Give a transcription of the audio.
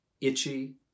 itchy